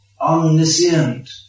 omniscient